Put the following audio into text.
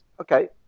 Okay